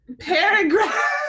paragraph